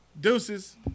Deuces